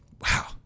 Wow